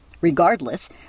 Regardless